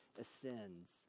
ascends